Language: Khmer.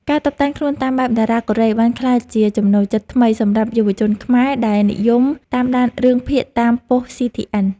ការតុបតែងខ្លួនតាមបែបតារាកូរ៉េបានក្លាយជាចំណូលចិត្តថ្មីសម្រាប់យុវជនខ្មែរដែលនិយមតាមដានរឿងភាគតាមប៉ុស្តិ៍ស៊ីធីអិន។